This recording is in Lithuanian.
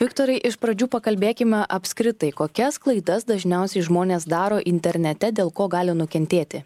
viktorai iš pradžių pakalbėkime apskritai kokias klaidas dažniausiai žmonės daro internete dėl ko gali nukentėti